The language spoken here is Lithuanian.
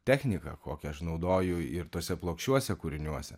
techniką kokią aš naudoju ir tuose plokščiuose kūriniuose